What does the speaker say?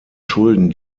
schulden